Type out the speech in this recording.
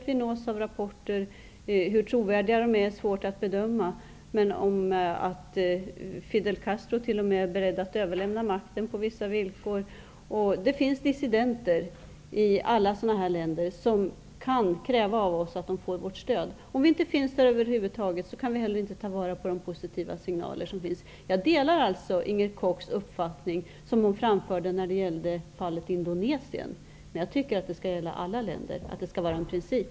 Vi nås av rapporter -- hur trovärdiga de är är svårt att bedöma -- om att Fidel Castro t.o.m. är beredd att överlämna makten på vissa villkor. Det finns dissidenter i alla sådana här länder som kan kräva av oss att de får vårt stöd. Om vi inte finns där över huvud taget, kan vi heller inte ta vara på de positiva signaler som finns. Jag delar den uppfattning Inger Koch framförde när det gäller fallet Indonesien, men jag tycker att det som gäller i det fallet skall gälla alla länder -- att det skall vara en princip.